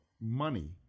money